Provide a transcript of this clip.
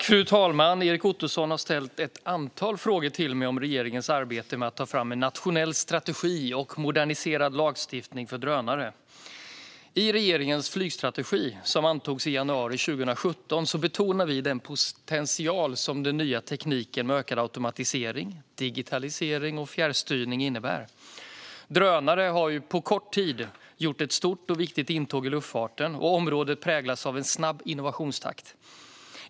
Fru talman! Erik Ottoson har ställt ett antal frågor till mig om regeringens arbete med att ta fram en nationell strategi och moderniserad lagstiftning för drönare. I regeringens flygstrategi som antogs i januari 2017 betonar vi den potential som den nya tekniken med ökad automatisering, digitalisering och fjärrstyrning innebär. Drönare har på kort tid gjort ett stort och viktigt intåg i luftfarten, och området präglas av en snabb innovationstakt.